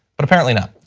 but apparently not.